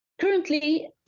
Currently